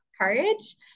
courage